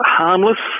harmless